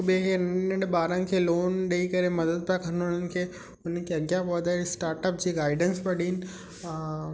हिकु ॿिएं खे नंढा नंढा ॿारनि खे लोन ॾेई करे मदद पिया कन हुननि खे हुनखे अॻियां वधाइण स्टाटअप जे गाइडेंस पिया ॾियन